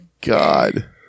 god